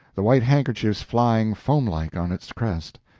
the white handkerchiefs flying foam-like on its crest.